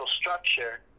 structure